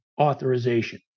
authorization